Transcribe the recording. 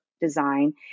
design